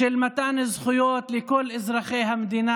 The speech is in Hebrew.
של מתן זכויות לכל אזרחי המדינה,